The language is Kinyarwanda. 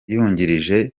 yungirijwe